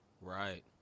Right